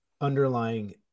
underlying